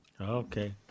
Okay